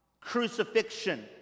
Crucifixion